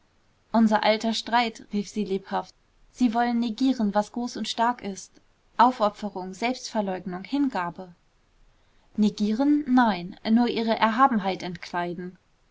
unser alter streit rief sie lebhaft sie wollen negieren was groß und stark ist aufopferung selbstverleugnung hingabe negieren nein nur ihrer erhabenheit entkleiden